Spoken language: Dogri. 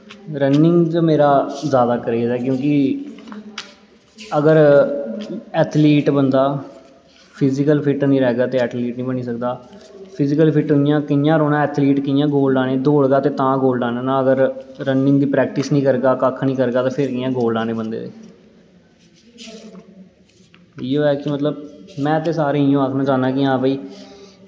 रनिंग च मेरा जैदा क्रेज़ ऐ क्योंकि अगर ऐथलीट बंदा फिजिकल फिट्ट नेईं रैह् तां ऐथलीट निं बनी सकदा फिजिकल फिट्ट कि'यां रौह्ना ऐथलीट कि'यां गोल्ड आने दौड़गा ते तां गै गोल्ड आने अगर रनिंग दी प्रैक्टिस निं करगा कक्ख निं करगा तां कि'यां गोल्ड आनें बंदे दे इ'यै गल्ल ऐ में ते सारें गी इ'यै आखना चाह्न्ना ऐ कि मतलब